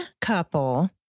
couple